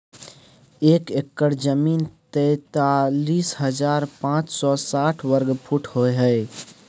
एक एकड़ जमीन तैंतालीस हजार पांच सौ साठ वर्ग फुट होय हय